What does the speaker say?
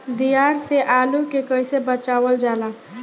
दियार से आलू के कइसे बचावल जाला?